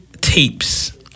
Tapes